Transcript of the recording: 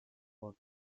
for